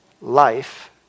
life